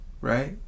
right